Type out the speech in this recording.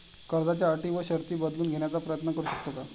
कर्जाच्या अटी व शर्ती बदलून घेण्याचा प्रयत्न करू शकतो का?